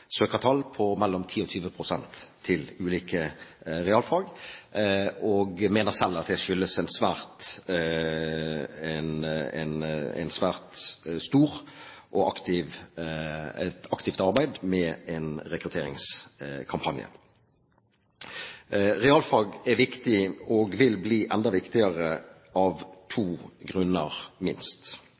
søkertall på mellom 10 og 20 pst. til ulike realfag, og mener selv at det skyldes et svært stort og aktivt arbeid med en rekrutteringskampanje. Realfag er viktig og vil bli enda viktigere av minst to grunner.